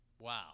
Wow